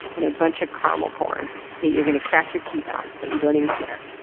and a bunch of caramel corn that you're gonna crack your teeth on but you don't even care.